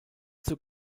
zur